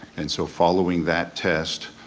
and so following that test,